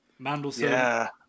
Mandelson